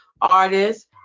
artists